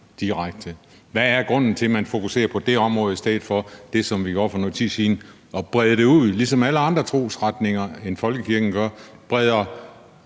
direkte. Hvad er grunden til, at man fokuserer på det område i stedet for det, som vi gjorde for nogen tid siden, nemlig at brede det ud ligesom alle andre trosretninger end folkekirken, altså brede